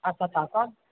आशा ताकब